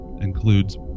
includes